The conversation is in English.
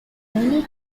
many